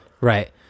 right